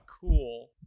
cool